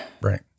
right